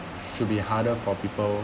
should be harder for people